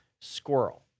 squirrel